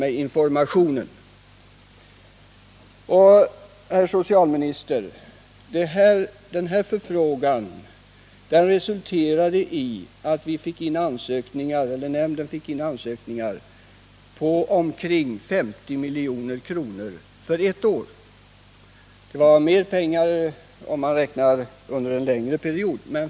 Denna förfrågan, herr socialminister, har resulterat i att nämnden fått in ansökningar för projekt till en kostnad av omkring 50 milj.kr. för ett år. Det gällde mer pengar räknat under en längre period.